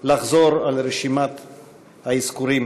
לחזור על רשימת האזכורים.